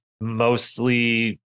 Mostly